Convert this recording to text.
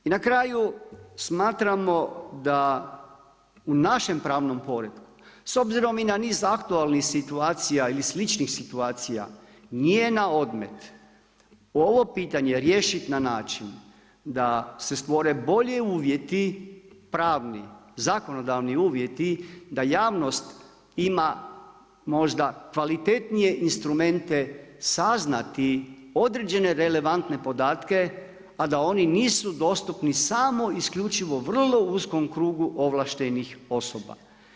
I na kraju, smatramo da u našem pravnom poretku, s obzirom na niz aktualnih situacija ili sličnih situacija, nije na odmet, ovo pitanje riješiti na način, da se stvori bolji uvjeti, pravni, zakonodavni uvjeti, da javnost ima možda kvalitetnije instrumente saznati određene relevantne podatke, a da oni nisu dostupni samo isključivo vrlo uskom krugu ovlaštenih osoba.